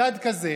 מדד כזה